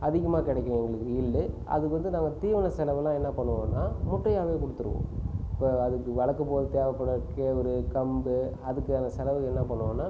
அதிகமாக கிடைக்கும் எங்களுக்கு ஈல்டு அதுக்கு வந்து நாங்கள் தீவன செலவெலாம் என்ன பண்ணுவோன்னால் முட்டையாகவே கொடுத்துடுவோம் இப்போது அதுக்கு வளர்க்கும்போது தேவைப்படும் கேழ்வுரு கம்பு அதுக்கான செலவு என்ன பண்ணுவோனுன்னா